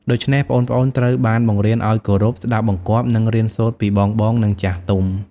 ដូច្នេះ ប្អូនៗត្រូវបានបង្រៀនឱ្យគោរព ស្ដាប់បង្គាប់ និងរៀនសូត្រពីបងៗ និងចាស់ទុំ។